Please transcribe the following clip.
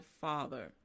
father